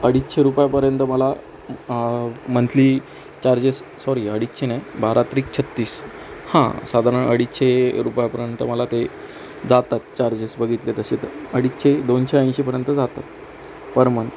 अडीचशे रुपयापर्यंत मला मंथली चार्जेस सॉरी अडीचशे नाही बारा त्रिक छत्तीस हा साधारण अडीचशे रुपयांपर्यंत मला ते जातात चार्जेस बघितले तसे तर अडीचशे दोनशे ऐंशीपर्यंत जातं पर मंत